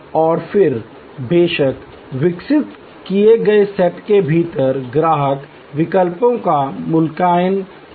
और फिर बेशक विकसित किए गए सेट के भीतर ग्राहक विकल्पों का मूल्यांकन करता है